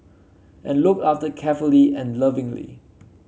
and looked after carefully and lovingly